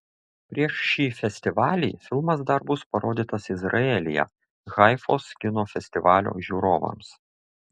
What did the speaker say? prieš šį festivalį filmas dar bus parodytas izraelyje haifos kino festivalio žiūrovams